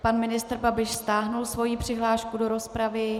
Pan ministr Babiš stáhl svoji přihlášku do rozpravy.